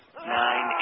Nine